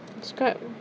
describe